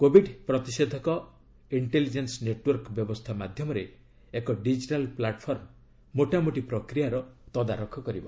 covid ପ୍ତିଷେଧକ intelligence network ବ୍ୟବସ୍ଥା ମାଧ୍ୟମରେ ଏକ ଡିଜିଟାଲ ପ୍ଲାଟଫର୍ମ ମୋଟାମୋଟି ପ୍ରକ୍ରିୟାର ତଦାରଖ କରିବ